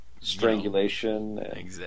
Strangulation